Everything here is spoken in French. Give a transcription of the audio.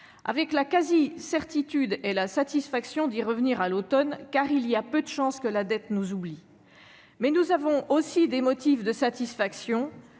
avec la quasi-certitude et la satisfaction d'y revenir à l'automne prochain, car il y a peu de chances que la dette nous oublie. Néanmoins, nous avons aussi des motifs de satisfaction,